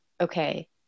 okay